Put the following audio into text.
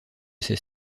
ces